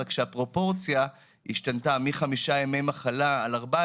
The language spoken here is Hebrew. רק שהפרופורציה השתנתה מחמישה ימי מחלה על 14 ימים.